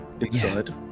Inside